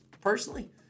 personally